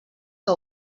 que